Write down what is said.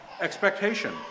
expectation